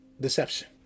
Deception